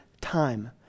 time